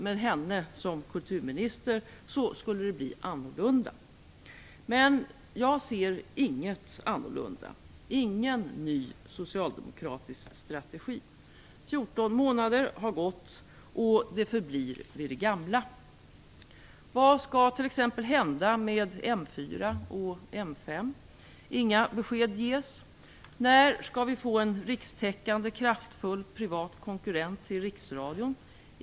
Med henne som kulturminister skulle det bli annorlunda. Men jag ser inget annorlunda, ingen ny socialdemokratisk strategi. 14 månader har gått, och allt förblir vid det gamla. Vad skall t.ex. hända med M4 och M5? Inga besked ges. När skall vi få en rikstäckande kraftfull privat konkurrent till Riksradion?